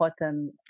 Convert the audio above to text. important